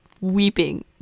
weeping